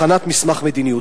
הכנת מסמך מדיניות.